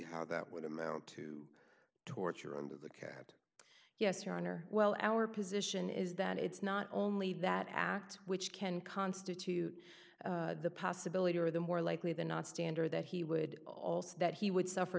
how that would amount to torture under the cat yes your honor well our position is that it's not only that acts which can constitute the possibility or the more likely than not standard that he would also that he would suffer